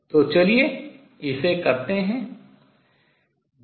तो चलिए इसे करते हैं